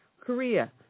Korea